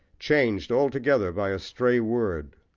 changed altogether by a stray word,